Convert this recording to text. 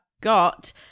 got